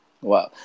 Wow